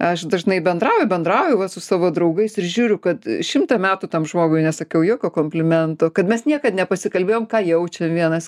aš dažnai bendrauju bendrauju va su savo draugais ir žiūriu kad šimtą metų tam žmogui nesakiau jokio komplimento kad mes niekad nepasikalbėjom ką jaučiam vienas